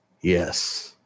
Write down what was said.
Yes